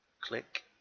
Click